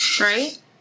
Right